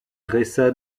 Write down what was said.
dressa